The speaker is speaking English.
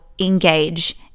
engage